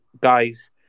guys